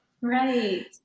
Right